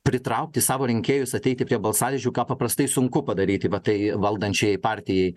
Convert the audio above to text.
pritraukti savo rinkėjus ateiti prie balsadėžių ką paprastai sunku padaryti va tai valdančiajai partijai